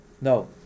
no